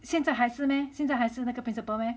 现在还是咩现在还是那个 principal meh